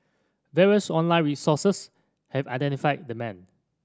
various online sources have identified the man